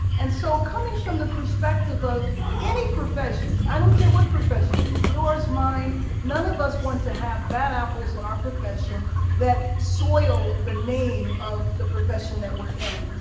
and so, coming from the perspective of any profession i don't care what profession it is, yours, mine none of us want to have bad apples in our profession that soils the name of the profession that we're in.